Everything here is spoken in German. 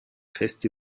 feste